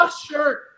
shirt